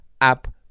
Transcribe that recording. up